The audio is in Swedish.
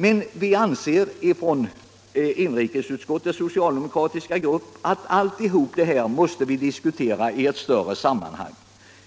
Men vi inom inrikesutskottets socialdemokratiska grupp anser att allt detta måste diskuteras i ett större sammanhang.